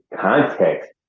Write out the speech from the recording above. context